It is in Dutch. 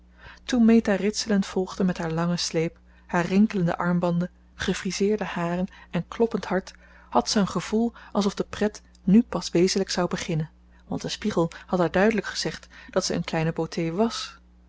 toen meta ritselend volgde met haar langen sleep haar rinkelende armbanden gefriseerde haren en kloppend hart had zij een gevoel alsof de pret nu pas wezenlijk zou beginnen want de spiegel had haar duidelijk gezegd dat ze een kleine beauté was